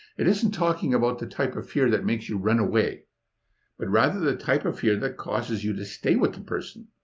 it isn't talking about the type of fear that makes you run away but rather the type of fear that causes you to stay with a person.